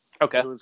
Okay